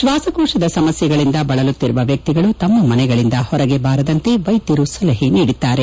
ಶ್ವಾಸಕೋಶದ ಸಮಸ್ಯೆಗಳಿಂದ ಬಳಲುತ್ತಿರುವ ವ್ಯಕ್ತಿಗಳು ತಮ್ಮ ಮನೆಗಳಿಂದ ಹೊರಗೆ ಬಾರದಂತೆ ವೈದ್ಯರು ಸಲಹೆ ನೀಡಿದ್ದಾರೆ